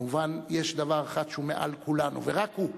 כמובן, יש דבר אחד שהוא מעל כולנו, ורק הוא,